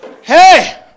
hey